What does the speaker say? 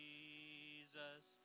Jesus